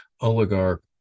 oligarch